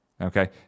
Okay